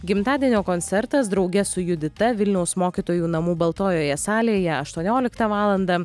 gimtadienio koncertas drauge su judita vilniaus mokytojų namų baltojoje salėje aštuonioliktą valandą